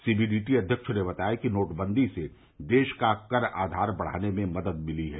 CBDT अव्यक्ष ने बताया कि नोटबंदी से देश का कर आधार बढ़ाने में मदद मिली है